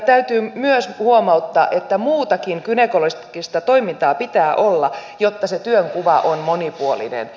täytyy myös huomauttaa että muutakin gynekologista toimintaa pitää olla jotta se työnkuva on monipuolinen